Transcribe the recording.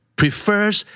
prefers